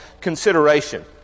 consideration